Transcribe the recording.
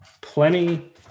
plenty